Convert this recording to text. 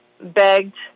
begged